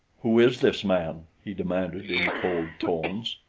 who is this man? he demanded in cold tones.